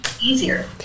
easier